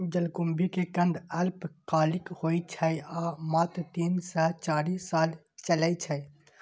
जलकुंभी के कंद अल्पकालिक होइ छै आ मात्र तीन सं चारि साल चलै छै